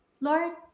Lord